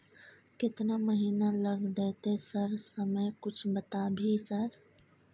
केतना महीना लग देतै सर समय कुछ बता भी सर?